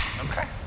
Okay